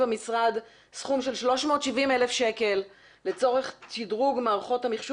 המשרד סכום של 370,000 שקלים לצורך שדרוג מערכות המחשוב